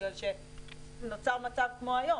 בגלל שנוצר מצב כמו היום,